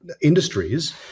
industries